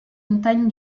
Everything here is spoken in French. montagne